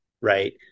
right